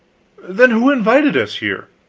then who invited us here?